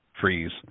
freeze